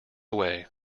away